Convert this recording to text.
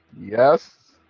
Yes